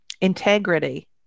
integrity